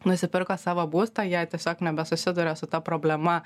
nusipirko savo būstą jie tiesiog nebe susiduria su ta problema